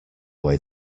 way